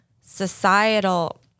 societal